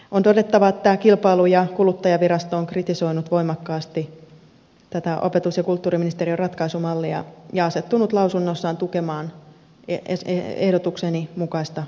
on todettava että kilpailu ja kuluttajavirasto on kritisoinut voimakkaasti tätä opetus ja kulttuuriministeriön ratkaisumallia ja asettunut lausunnossaan tukemaan ehdotukseni mukaista ratkaisua